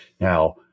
Now